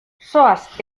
zoaz